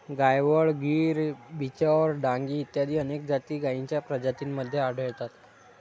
गायवळ, गीर, बिचौर, डांगी इत्यादी अनेक जाती गायींच्या प्रजातींमध्ये आढळतात